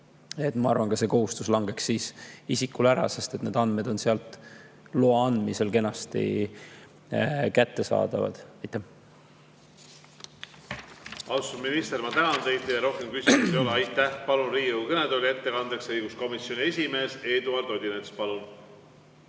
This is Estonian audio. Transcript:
Ma arvan, et see kohustus langeks siis isikul ära, sest need andmed on loa andmisel sealt kenasti kättesaadavad. Aitäh!